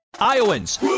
Iowans